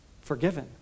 forgiven